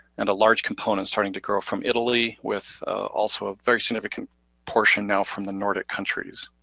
and a large component starting to grow from italy with also a very significant portion now from the nordic countries.